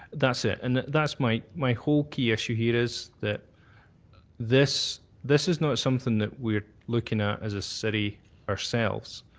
that's it. and that's my my whole key issue here, is that this this is not something that we're looking at as a city ourselves.